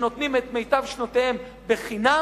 שנותנים את מיטב שנותיהם בחינם,